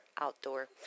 outdoor